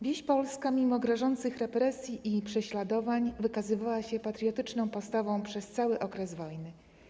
Wieś polska mimo grożących represji i prześladowań wykazywała się patriotyczną postawą przez cały okres wojny.